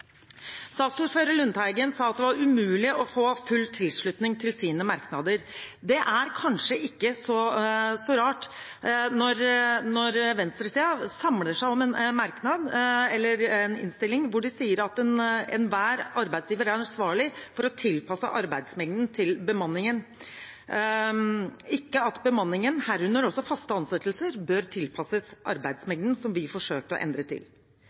Saksordfører Lundteigen sa det var umulig å få full tilslutning til deres merknader. Det er kanskje ikke så rart når venstresiden samler seg om en merknad hvor de sier at enhver arbeidsgiver er ansvarlig for å tilpasse arbeidsmengden til bemanningen – ikke at bemanningen, herunder også faste ansettelser, bør tilpasses arbeidsmengden, som vi forsøkte å endre det til.